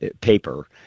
paper